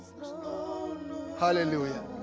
Hallelujah